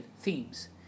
themes